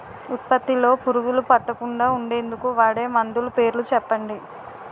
ఉత్పత్తి లొ పురుగులు పట్టకుండా ఉండేందుకు వాడే మందులు పేర్లు చెప్పండీ?